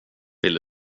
vill